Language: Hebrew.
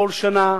כל שנה,